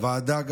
הוועדה,